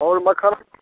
आओर मखानक